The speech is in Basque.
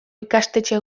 ikastetxe